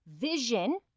Vision